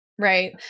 Right